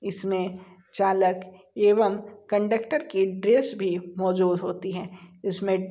इसमें चालक एवं कंडक्टर की ड्रेस भी मौजूद होती हैं इसमें